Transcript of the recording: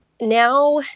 Now